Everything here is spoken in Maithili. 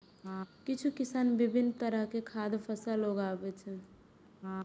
किछु किसान विभिन्न तरहक खाद्य फसल उगाबै छै